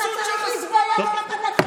תפסיק להתייפייף.